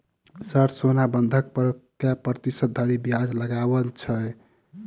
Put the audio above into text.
Sir सोना बंधक पर कऽ प्रतिशत धरि ब्याज लगाओल छैय?